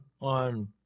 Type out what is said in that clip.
on